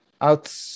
out